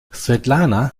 svetlana